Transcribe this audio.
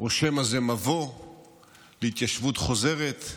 או שמא זה מבוא להתיישבות חוזרת.